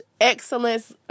excellence